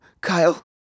kyle